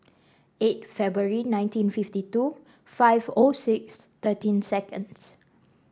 eight February nineteen fifty two five O six thirteen seconds